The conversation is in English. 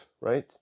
right